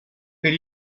per